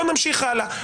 בואו נמשיך הלאה.